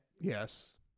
Yes